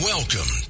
Welcome